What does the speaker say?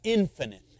infinite